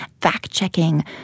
fact-checking